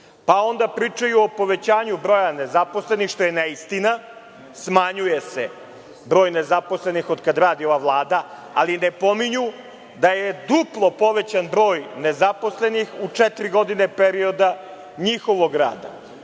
Onda pričaju o povećanju broja nezaposlenih što je neistina, smanjuje se broj nezaposlenih otkad radi ova Vlada, ali ne pominju da je duplo povećan broj nezaposlenih u četiri godine perioda njihovog rada. Zato